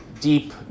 deep